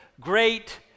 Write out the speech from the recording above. great